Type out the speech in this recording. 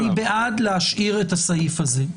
אני בעד להשאיר את הסעיף הזה.